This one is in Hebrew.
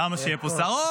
למה שיהיה פה שר?